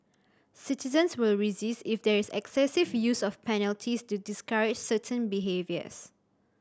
citizens will resist if there is excessive use of penalties to discourage certain behaviours